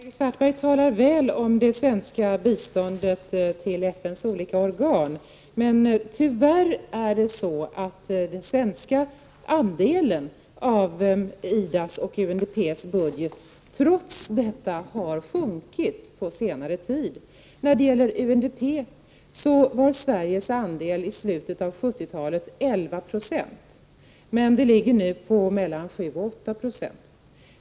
Fru talman! Karl-Erik Svartberg talar väl om det svenska biståndet till FN:s olika organ. Men tyvärr har den svenska andelen av IDA :s och UNDP:s budgetar trots detta sjunkit på senare tid. När det gäller UNDP var Sveriges andel i slutet av 70-talet 11 26, men den ligger nu på mellan 7 och 8 9.